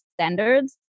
standards